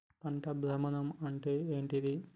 పంట భ్రమణం అంటే ఏంటి?